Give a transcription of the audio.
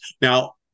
Now